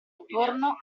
attorno